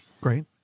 Great